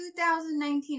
2019